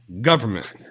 government